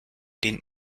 dient